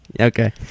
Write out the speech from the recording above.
Okay